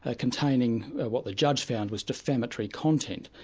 ah containing what the judge found was defamatory content.